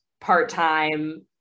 part-time